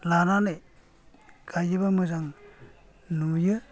लानानै गायोब्ला मोजां नुयो